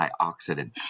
antioxidant